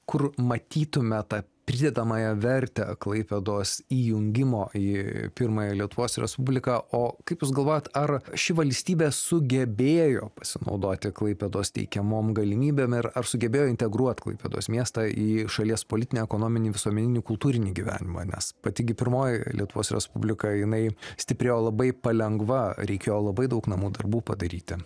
kur matytume tą pridedamąją vertę klaipėdos įjungimo į pirmąją lietuvos respubliką o kaip jūs galvojat ar ši valstybė sugebėjo pasinaudoti klaipėdos teikiamom galimybėm ir ar sugebėjo integruot klaipėdos miestą į šalies politinį ekonominį visuomeninį kultūrinį gyvenimą nes pati gi pirmoji lietuvos respublika jinai stiprėjo labai palengva reikėjo labai daug namų darbų padaryti